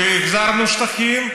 כי החזרנו שטחים,